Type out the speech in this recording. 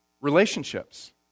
relationships